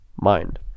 mind